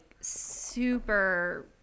super